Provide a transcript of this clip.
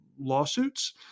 lawsuits